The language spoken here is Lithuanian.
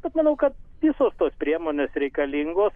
bet manau kad visos tos priemonės reikalingos